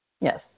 Yes